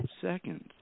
seconds